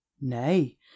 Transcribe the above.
Nay